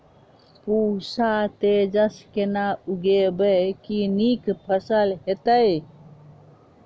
पूसा तेजस केना उगैबे की नीक फसल हेतइ?